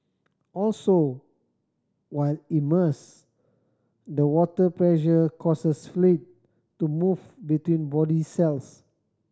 also while immersed the water pressure causes fluid to move between body cells